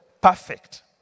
perfect